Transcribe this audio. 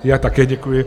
Já také děkuji.